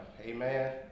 Amen